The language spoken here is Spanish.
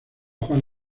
juan